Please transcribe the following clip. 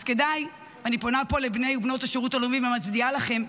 אז כדאי אני פונה פה לבני ובנות השירות הלאומי ומצדיעה לכם,